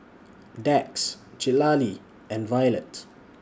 Dax and Violet